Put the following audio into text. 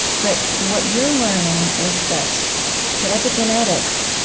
but what you're learning is that that epigenetics